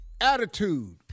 attitude